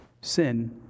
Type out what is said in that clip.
Sin